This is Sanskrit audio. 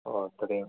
ओ तदेव